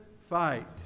fight